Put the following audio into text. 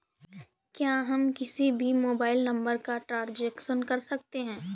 क्या हम किसी भी मोबाइल नंबर का ट्रांजेक्शन कर सकते हैं?